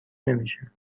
نمیشه